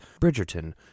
Bridgerton